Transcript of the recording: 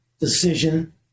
decision